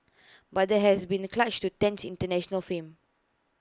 but there has been A clutch to Tan's International fame